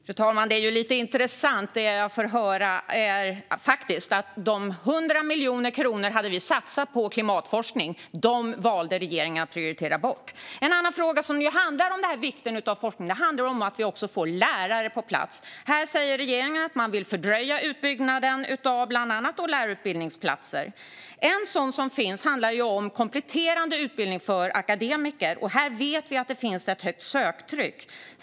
Fru talman! Det är lite intressant att jag får höra att de 100 miljoner kronor som vi hade satsat på klimatforskning valde regeringen att prioritera bort. En annan fråga som gäller vikten av forskning handlar om att vi också får lärare på plats. Här säger regeringen att man vill fördröja utbyggnaden av bland annat lärarutbildningsplatser. Det handlar bland annat om kompletterande utbildning för akademiker. Här vet vi att det finns ett stort söktryck.